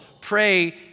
pray